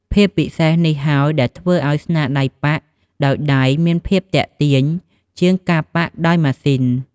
ភាពពិសេសនេះហើយដែលធ្វើឱ្យស្នាដៃប៉ាក់ដោយដៃមានភាពទាក់ទាញជាងការប៉ាក់ដោយម៉ាស៊ីន។